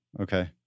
Okay